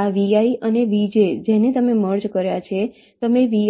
આ Vi અને Vj જેને તમે મર્જ કર્યા છે તમે Vi